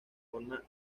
forma